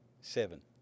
Seven